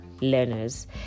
learners